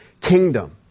kingdom